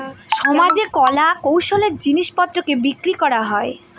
সমাজে কলা কৌশলের জিনিস পত্রকে বিক্রি করা হয়